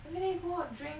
everyday go out drink